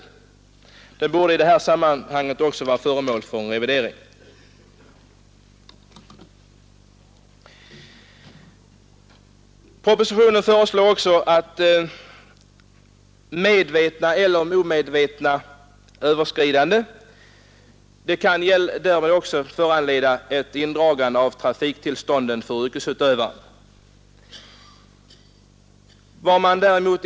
Även denna bestämmelse bör bli föremål för en revidering. Enligt propositionen bör både medvetna och omedvetna överskridanden av högsta tillåtna last medföra en indragning av trafiktillståndet för vederbörande yrkesutövare.